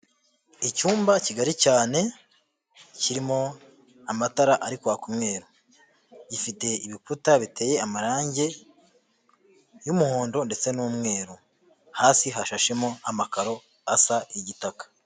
Icyumba kigari cyane kirimo amatara ari kwaka umweru, gifite ibikuta biteye amarangi y'umuhondo ndetse n'umweru, hasi hashashemo amakaro asa y'igitaka.